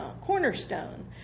cornerstone